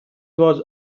was